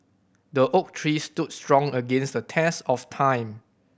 the oak tree stood strong against the test of time